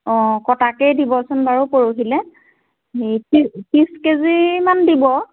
অঁ কটাকেই দিবচোন বাৰু পৰহিলে ত্ৰিছ কেজিমান দিব